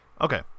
Okay